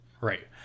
Right